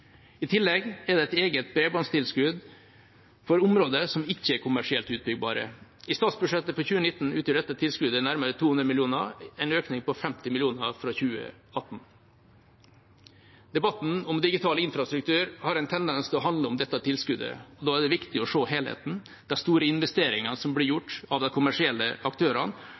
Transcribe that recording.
I tillegg er det et eget bredbåndstilskudd for områder som ikke er kommersielt utbyggbare. I statsbudsjettet for 2019 utgjør dette tilskuddet nærmere 200 mill. kr, en økning på 50 mill. kr fra 2018. Debatten om digital infrastruktur har en tendens til å handle om dette tilskuddet. Da er det viktig å se helheten, de store investeringene som blir gjort av de kommersielle aktørene,